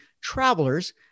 travelers